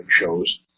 shows